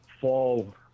fall